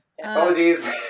Apologies